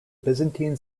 byzantine